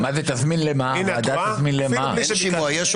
עשינו בלי שביקשת.